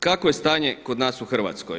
Kakvo je stanje kod nas u Hrvatskoj?